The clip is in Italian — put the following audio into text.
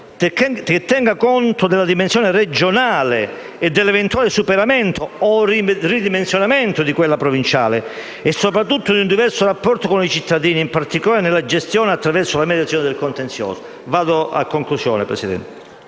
tener conto della dimensione regionale e dell'eventuale superamento o ridimensionamento di quella provinciale e, soprattutto, di un diverso rapporto con i cittadini, in particolare nella gestione attraverso la mediazione del contenzioso. Avviandomi alla conclusione, signora